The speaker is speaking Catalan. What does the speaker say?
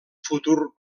futur